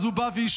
אז הוא בא והשמיד